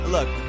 Look